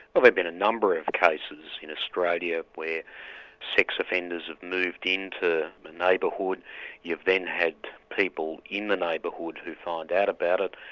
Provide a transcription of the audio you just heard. well there've been a number of cases in australia where sex offenders have moved into the neighbourhood you've then had people in the neighbourhood who find out about it,